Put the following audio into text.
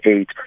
eight